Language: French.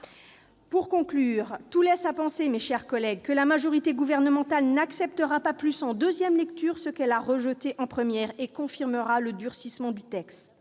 d'emplois. Tout laisse à penser, mes chers collègues, que la majorité gouvernementale n'acceptera pas plus, en nouvelle lecture, ce qu'elle a rejeté lors de la première, et qu'elle confirmera le durcissement du texte.